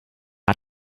not